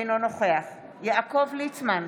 אינו נוכח יעקב ליצמן,